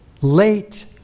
late